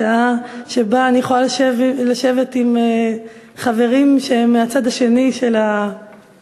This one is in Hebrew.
שעה שבה אני יכולה לשבת עם חברים שהם מהצד השני של המליאה